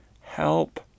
help